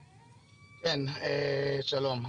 שלום.